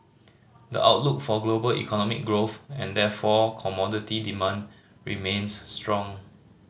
the outlook for global economic growth and therefore commodity demand remains strong